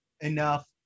enough